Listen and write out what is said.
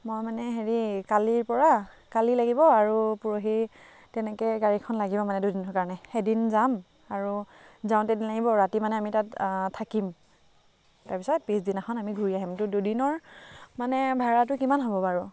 মই মানে হেৰি কালিৰ পৰা কালি লাগিব আৰু পৰহি তেনেকৈ গাড়ীখন লাগিব মানে দুদিনৰ কাৰণে এদিন যাম আৰু যাওঁতে এদিন লাগিব ৰাতি মানে আমি তাত থাকিম তাৰপিছত পিছদিনাখন আমি ঘূৰি আহিম তো দুদিনৰ মানে ভাৰাটো কিমান হ'ব বাৰু